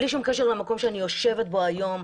בלי שום קשר למקום שבו אני יושבת היום,